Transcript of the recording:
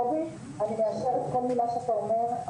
קובי, אני מאשרת כל מילה שאתה אומר.